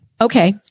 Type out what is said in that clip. Okay